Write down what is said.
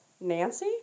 Nancy